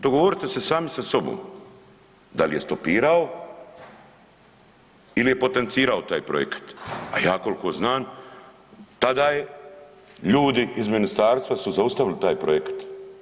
Dogovorite se sami sa sobom, da li je stopirao ili je potencirao taj projekat, a ja koliko znam tada je ljudi iz ministarstva su zaustavili taj projekat.